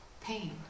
pain